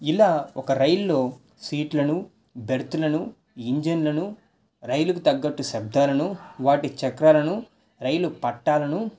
ఇలా ఒక రైల్లో సీట్లను బెర్తలను ఇంజన్లను రైలుకు తగ్గట్టు శబ్దాలను వాటి చక్రాలను రైలు పట్టాలను